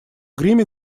гриме